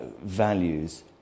values